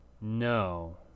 No